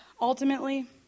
Ultimately